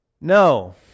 No